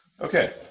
Okay